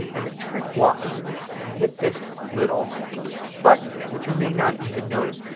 and the trick was to hit this little button here which you may not even notice.